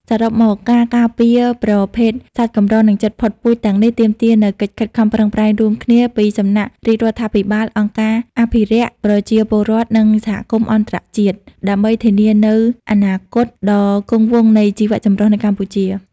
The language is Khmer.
សរុបមក ការការពារប្រភេទសត្វកម្រ និងជិតផុតពូជទាំងនេះទាមទារនូវកិច្ចខិតខំប្រឹងប្រែងរួមគ្នាពីសំណាក់រាជរដ្ឋាភិបាល អង្គការអភិរក្ស ប្រជាពលរដ្ឋ និងសហគមន៍អន្តរជាតិ ដើម្បីធានានូវអនាគតដ៏គង់វង្សនៃជីវៈចម្រុះនៅកម្ពុជា។